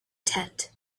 tent